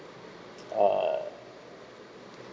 uh